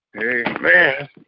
Amen